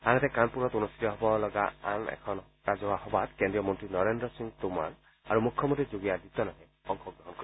আনহাতে কাণপুৰত অনুষ্ঠিত হ'ব লগা আন এখন ৰাজহুৱা সভাত কেন্দ্ৰীয় মন্ত্ৰী নৰেন্দ্ৰ সিং টোমৰ আৰু মুখ্যমন্ত্ৰী যোগী আদিত্যনাথে অংশগ্ৰহণ কৰিব